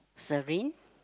serene